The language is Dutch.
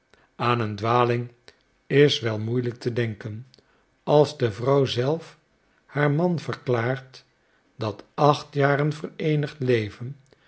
aan een dwaling is wel moeielijk te denken als de vrouw zelf haar man verklaart dat acht jaren vereenigd leven